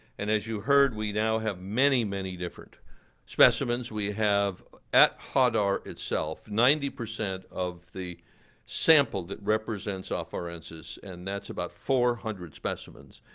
and as you heard, we now have many, many different specimens. we have at hadar itself, ninety percent of the sample that represents ah afarensis and that's about four hundred specimens.